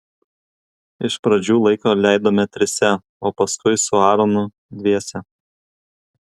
iš pradžių laiką leidome trise o paskui su aaronu dviese